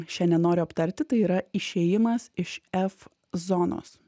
šiandien noriu aptarti tai yra išėjimas iš f zonos